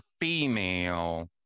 female